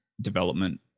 development